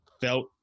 felt